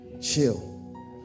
chill